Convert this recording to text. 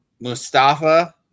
Mustafa